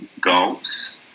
goals